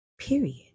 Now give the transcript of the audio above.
Period